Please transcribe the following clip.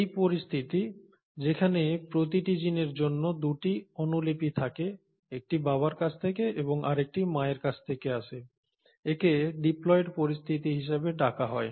এই পরিস্থিতি যেখানে প্রতিটি জিনের জন্য দুটি অনুলিপি থাকে একটি বাবার কাছ থেকে এবং আরেকটি মায়ের কাছ থেকে আসে একে ডিপ্লয়েড পরিস্থিতি হিসাবে ডাকা হয়